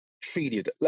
treated